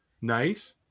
Nice